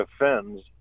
offends